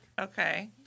Okay